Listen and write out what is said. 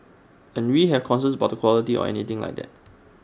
and we have concerns about the quality or anything like that